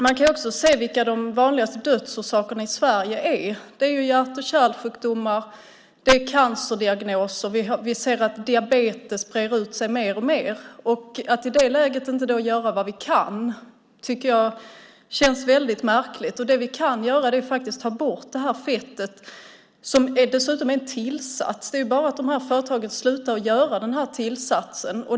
Man kan också se vilka de vanligaste dödsorsakerna i Sverige är. Det är hjärt-kärlsjukdomar och cancersjukdomar. Vi ser också att diabetes breder ut sig mer och mer. Att i det läget inte göra vad vi kan känns väldigt märkligt. Det som vi kan göra är att ta bort det fett som dessutom är en tillsats. Det gäller bara för dessa företag att sluta göra denna tillsats.